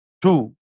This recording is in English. Two